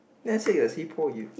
then I say you